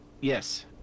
Yes